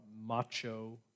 macho